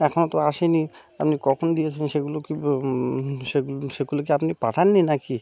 এখনো তো আসে নি আপনি কখন দিয়েছেন সেগুলো কীভাবে সেগুলি সেগুলি কি আপনি পাঠান নি না কি